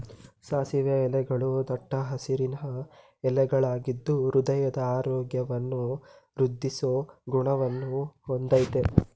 ಸಾಸಿವೆ ಎಲೆಗಳೂ ದಟ್ಟ ಹಸಿರಿನ ಎಲೆಗಳಾಗಿದ್ದು ಹೃದಯದ ಆರೋಗ್ಯವನ್ನು ವೃದ್ದಿಸೋ ಗುಣವನ್ನ ಹೊಂದಯ್ತೆ